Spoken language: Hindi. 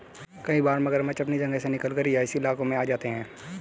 कई बार मगरमच्छ अपनी जगह से निकलकर रिहायशी इलाकों में आ जाते हैं